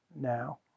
now